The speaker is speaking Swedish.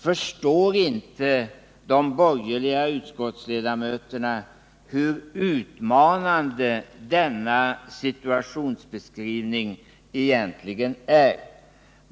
Förstår inte de borgerliga utskottsledamöterna hur utmanande denna situationsbeskrivning är?